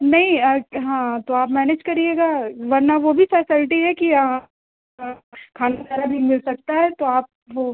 नहीं हाँ तो आप मैनेज करिएगा वरना वह भी फै़सलटी है कि या खाना वग़ैरह भी मिल सकता है तो आप वह